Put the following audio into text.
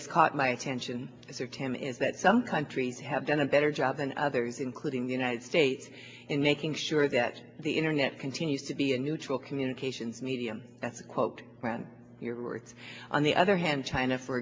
has caught my attention sir tim is that some countries have done a better job than others including the united states in making sure that the internet continues to be a neutral communications medium that's a quote when you are on the other hand china for